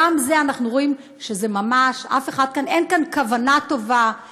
גם בזה אנחנו רואים שממש אין כאן כוונה טובה,